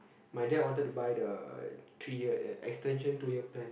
my dad wanted to buy the three year extension two year plan